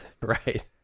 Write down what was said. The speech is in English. right